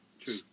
True